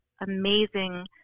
amazing